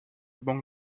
banque